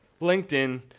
LinkedIn